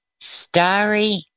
Starry